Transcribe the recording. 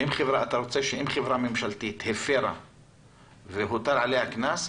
אתה רוצה שאם חברה ממשלתית הפרה והוטל עליה קנס,